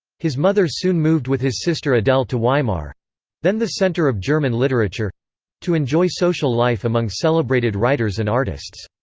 his mother soon moved with his sister adele to weimar then the centre of german literature to enjoy social life among celebrated writers and artists.